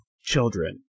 children